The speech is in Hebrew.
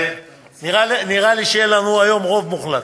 נראה לי שיהיה לנו היום רוב מוחלט,